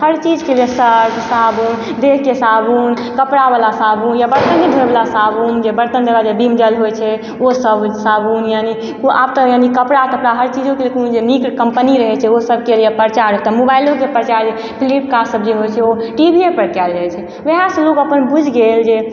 हर चीजके सर्फ साबुन देहके साबुन कपड़ा वला साबुन या बरतने धोइ वला साबुन जे बर्तन धोइ वला जे विम जेल जे होइ छै ओ सब साबुन यानी आब तऽ यानी कपड़ा तपड़ा हर चीजोके लेल कोनो जे नीक कम्पनी रहै छै चाही ओ सबके लिए प्रचार एकटा मोबाइलोके प्रचार फ्लिपकार्ट सब जे होइ छै ओ टीवीये पर कएल जाइ छै ओहाए सँ लोक अपन बुझि गेल जे